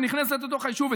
שנכנסים לתוך היישוב,